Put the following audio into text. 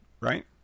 right